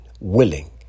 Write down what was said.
willing